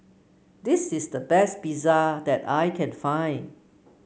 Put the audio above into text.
this is the best Pizza that I can find